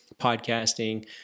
Podcasting